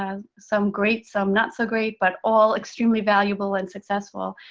as some great, some not so great, but all extremely valuable, and successful.